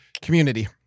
Community